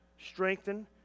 strengthen